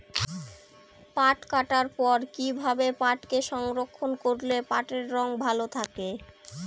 পাট কাটার পর কি ভাবে পাটকে সংরক্ষন করলে পাটের রং ভালো থাকে?